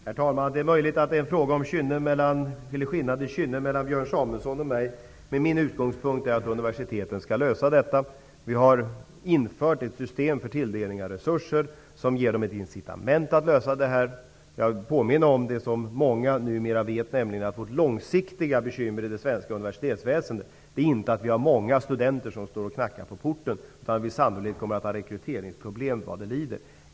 Herr talman! Det är möjligt att det är en fråga om skillnad i kynne mellan Björn Samuelson och mig, men min utgångspunkt är att universiteten skall lösa detta. Vi har infört ett system för tilldelning av resurser som ger dem ett incitament att lösa detta. Jag vill påminna om det som många numera vet, nämligen att vårt långsiktiga bekymmer i det svenska universitetsväsendet inte är att vi har många studenter som står och knackar på porten, utan att vi sannolikt kommer att få rekryteringsproblem vad det lider.